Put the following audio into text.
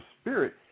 Spirit